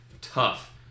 tough